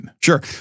sure